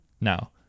now